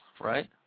right